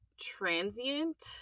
transient